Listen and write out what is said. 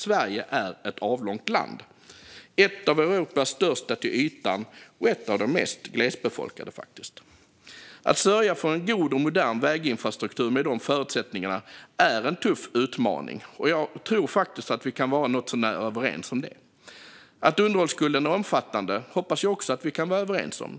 Sverige är ett avlångt land, ett av Europas största till ytan och faktiskt ett av de mest glesbefolkade. Att sörja för en god och modern väginfrastruktur med de förutsättningarna är en tuff utmaning - jag tror faktiskt att vi kan vara något så när överens om det. Att underhållsskulden är omfattande hoppas jag också att vi kan vara överens om.